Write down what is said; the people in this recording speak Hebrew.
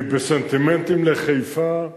כי בסנטימנטים לחיפה,